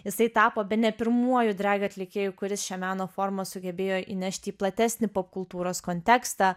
jisai tapo bene pirmuoju drag atlikėju kuris šią meno formą sugebėjo įnešti į platesnį popkultūros kontekstą